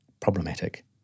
problematic